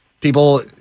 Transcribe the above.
people